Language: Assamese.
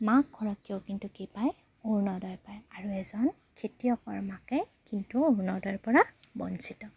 মাক খুৰাকে কিন্তু কি পায় অৰুণোদয় পায় আৰু এজন খেতিয়কৰ মাকে কিন্তু অৰুণোদয়ৰ পৰা বঞ্চিত